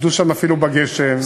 עבדו שם אפילו בגשם.